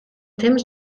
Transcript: temps